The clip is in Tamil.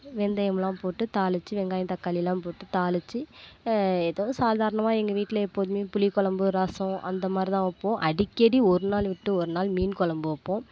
வெந்தயம்லாம் போட்டு தாளித்து வெங்காயம் தக்காளியெலாம் போட்டு தாளித்து ஏதோ சாதாரணமாக எங்கள் வீட்டில எப்போதுமே புளிக்குழம்பு ரசம் அந்த மாதிரி தான் வைப்போம் அடிக்கடி ஒரு நாள் விட்டு ஒரு நாள் மீன் குழம்பு வைப்போம்